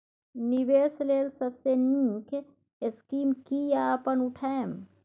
निवेश लेल सबसे नींक स्कीम की या अपन उठैम?